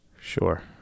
Sure